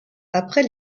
après